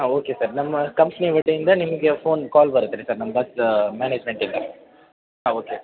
ಹಾಂ okay sir ನಮ್ಮ company ವತಿಯಿಂದ ನಿಮಗೆ ಫೋನ್ ಕಾಲ್ ಬರತ್ತೆ ರೀ ಸರ್ ನಮ್ಮ ಬಸ್ ಮ್ಯಾನೇಜ್ಮೆಂಟಿಂದ ಹಾಂ ಓಕೆ ಸರ್